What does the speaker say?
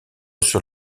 sur